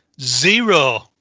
Zero